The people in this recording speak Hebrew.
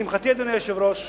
לשמחתי, אדוני היושב-ראש,